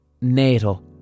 NATO